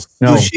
no